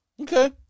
Okay